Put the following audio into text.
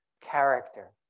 character